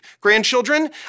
grandchildren